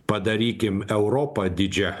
padarykim europą didžia